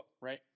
Right